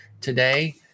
today